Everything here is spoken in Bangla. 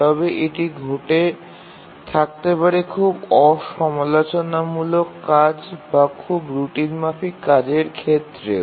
তবে এটি ঘটে থাকতে পারে খুব অসমালোচনামূলক কাজ বা খুব রুটিনমাফিক কাজের ক্ষেত্রেও